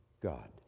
God